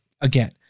again